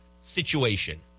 situation